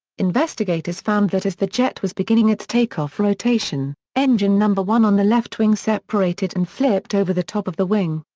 investigators found that as the jet was beginning its takeoff rotation, engine number one on the left wing separated and flipped over the top of the wing.